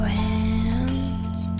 hands